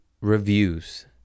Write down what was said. reviews